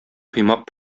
коймак